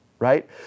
right